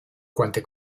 quante